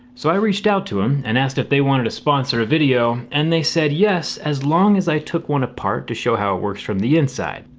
so i reached out to them um and asked if they wanted to sponsor a video and they said yes as long as i took one apart to show how it works from the inside.